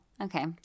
okay